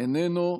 איננו,